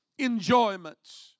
enjoyments